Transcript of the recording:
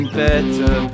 better